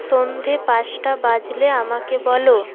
সন্ধ্যে পাঁচটা বাজলে আমাকে বলো